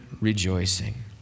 rejoicing